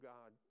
God